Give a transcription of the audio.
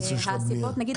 הסיבות: למשל,